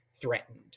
threatened